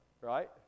right